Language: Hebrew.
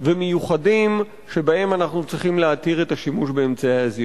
ומיוחדים שבהם אנחנו צריכים להתיר את השימוש באמצעי הזיהוי.